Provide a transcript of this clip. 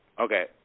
Okay